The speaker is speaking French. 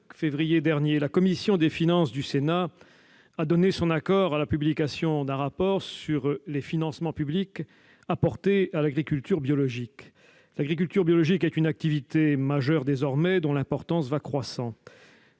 la commission des finances du Sénat a donné son accord à la publication d'un rapport sur les financements publics accordés à l'agriculture biologique. L'agriculture biologique est désormais une activité majeure dont l'importance va croissant.